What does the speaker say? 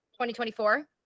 2024